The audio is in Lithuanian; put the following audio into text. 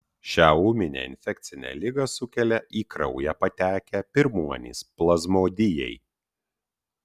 šią ūminę infekcinę ligą sukelia į kraują patekę pirmuonys plazmodijai